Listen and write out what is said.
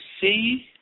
see